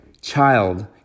child